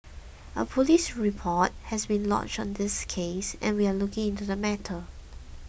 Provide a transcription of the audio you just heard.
a police report has been lodged on this case and we are looking into the matter